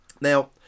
Now